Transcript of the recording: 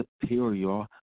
superior